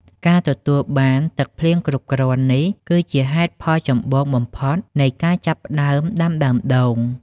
ការទទួលបានទឹកភ្លៀងគ្រប់គ្រាន់នេះគឺជាហេតុផលចម្បងបំផុតនៃការចាប់ផ្ដើមដាំដើមដូង។